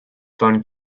phone